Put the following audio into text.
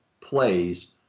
plays